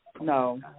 no